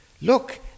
Look